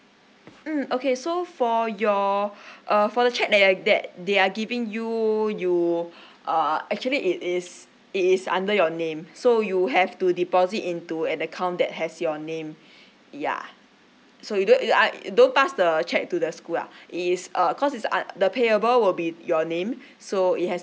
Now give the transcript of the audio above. mm okay so for your uh for the check that uh that they are giving you you uh actually it is it is under your name so you have to deposit into an account that has your name yeah so you don't err uh don't pass the check to the school lah it is err cause it's uh the payable will be your name so it has